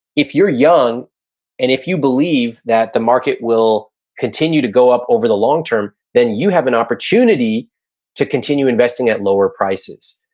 if you're young and if you believe that the market will continue to go up over the long term, then you have an opportunity to continue investing at lower prices.